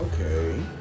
Okay